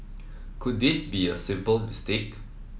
could this be a simple mistake